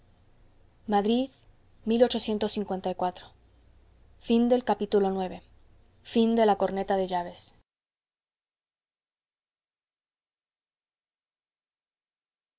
es la corneta de llaves